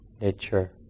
nature